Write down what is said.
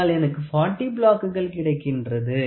அதனால் எனக்கு 40 பிளாக்குகள் கிடைக்கிறது